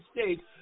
States